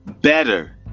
better